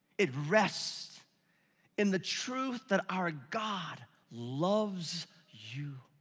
it rests in the truth that our god loves you.